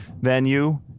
venue